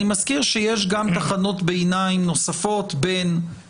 אני מזכיר שיש גם תחנות ביניים נוספות לכך